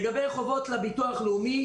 לגבי חובות לביטוח הלאומי.